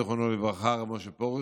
זיכרונו לברכה, הרב משה פרוש.